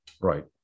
Right